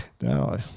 No